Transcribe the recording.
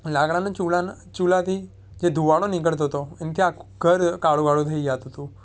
લાકડાના ચૂલાથી કે ધુમાડો નીકળતો હતો એનાથી આખું ઘર કાળું કાળું થઈ જતું હતું